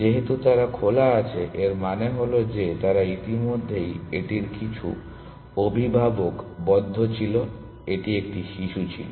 যেহেতু তারা খোলা আছে এর মানে হল যে তারা ইতিমধ্যেই এটির কিছু অভিভাবক বদ্ধ ছিল এটি একটি শিশু ছিল